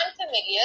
unfamiliar